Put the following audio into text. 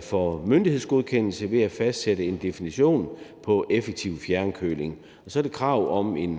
for myndighedsgodkendelse ved at fastsætte en definition på effektiv fjernkøling. Og så drejer det